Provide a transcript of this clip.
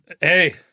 Hey